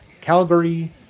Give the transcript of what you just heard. Calgary